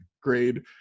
grade